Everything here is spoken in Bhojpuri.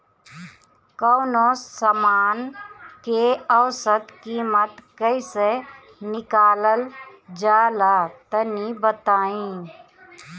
कवनो समान के औसत कीमत कैसे निकालल जा ला तनी बताई?